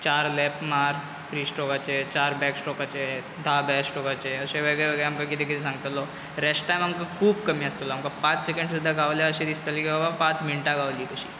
चार लेप मार फ्री स्ट्रोकाचे चार बेक स्ट्रोकाचे धा बेक स्ट्रोकाचे अशें वेगेळेवेगळे आमकां कितें कितें सांगतालो रेस्ट टायम आमकां खूब कमी आशतालो आमकां पाच सेकंड सुद्दां गावल्यार अशें दिसतालें की बाबा पांच मिण्टां गावलीं कशी